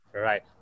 Right